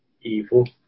evil